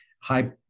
High